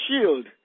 shield